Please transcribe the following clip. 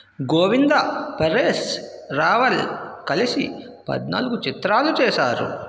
గోవిందా పరేష్ రావల్ కలిసి పద్నాలుగు చిత్రాలు చేసారు